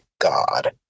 God